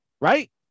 right